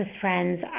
friends